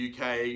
UK